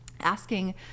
asking